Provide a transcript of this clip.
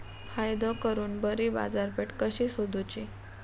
फायदो करून बरी बाजारपेठ कशी सोदुची?